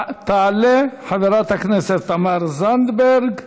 תעלה חברת הכנסת תמר זנדברג.